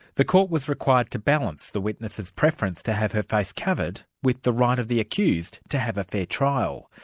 the court was required to balance the witness's preference to have her face covered, with the right of the accused to have a fair trial.